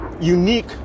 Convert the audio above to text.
unique